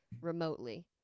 remotely